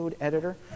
editor